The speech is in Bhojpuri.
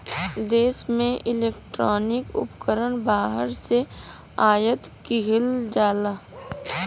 देश में इलेक्ट्रॉनिक उपकरण बाहर से आयात किहल जाला